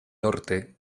norte